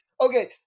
Okay